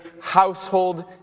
household